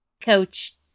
coach